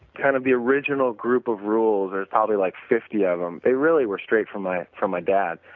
kind of the original group of rules there's probably like fifty of them. they really were straight from my from my dad.